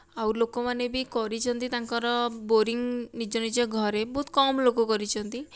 ଆଉ ଲୋକମାନେ ବି କରିଛନ୍ତି ତାଙ୍କର ବୋରିଂ ନିଜ ନିଜ ଘରେ ବହୁତ କମ ଲୋକ କରିଛନ୍ତି